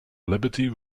liberty